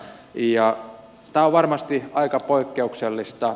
tämä on varmasti aika poikkeuksellista